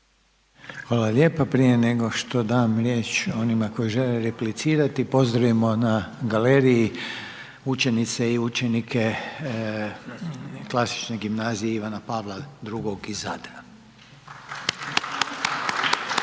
Hvala lijepo. Prije nego što dam riječ onima koji žele replicirati, pozdravimo na galeriji učenice i učenike Klasične gimnazije Ivana Pavla II iz Zadra.